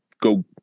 go